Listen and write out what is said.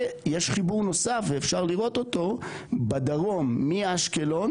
יש חיבור נוסף ואפשר לראות אותו בדרום מאשקלון,